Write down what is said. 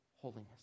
holiness